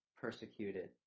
persecuted